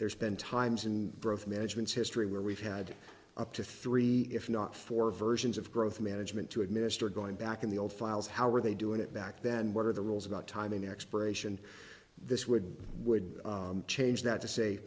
there's been times in management history where we've had up to three if not four versions of growth management to administer going back in the old files how are they doing it back then what are the rules about timing expiration this would would change that to say